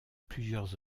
plusieurs